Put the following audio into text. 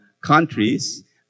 countries